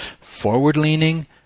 forward-leaning